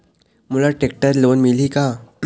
मोला tractor loan मिलही का?